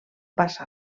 passa